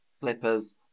Slippers